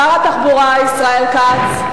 שר התחבורה ישראל כץ.